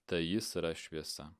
tai jis yra šviesa